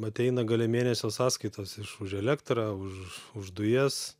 ateina gale mėnesio sąskaitos iš už elektrą už už dujas